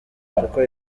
kuko